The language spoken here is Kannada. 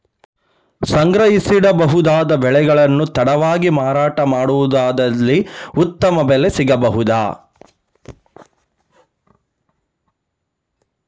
ಸಂಗ್ರಹಿಸಿಡಬಹುದಾದ ಬೆಳೆಗಳನ್ನು ತಡವಾಗಿ ಮಾರಾಟ ಮಾಡುವುದಾದಲ್ಲಿ ಉತ್ತಮ ಬೆಲೆ ಸಿಗಬಹುದಾ?